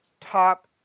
top